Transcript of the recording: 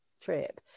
trip